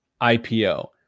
ipo